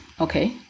okay